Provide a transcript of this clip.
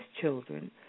children